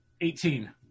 Eighteen